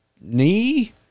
knee